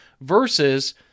versus